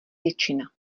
většina